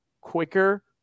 quicker